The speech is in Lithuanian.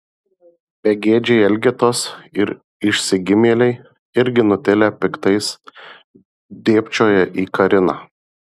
begėdžiai elgetos ir išsigimėliai irgi nutilę piktai dėbčioja į kariną